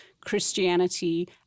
Christianity